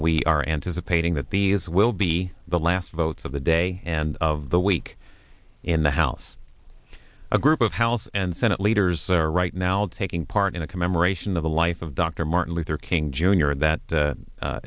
we are anticipating that these will be the last votes of the day and of the week in the house a group of house and senate leaders are right now taking part in a commemoration of the life of dr martin luther king jr that